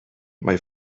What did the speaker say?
mae